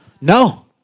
No